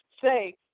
say